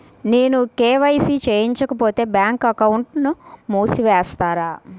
నేను కే.వై.సి చేయించుకోకపోతే బ్యాంక్ అకౌంట్ను మూసివేస్తారా?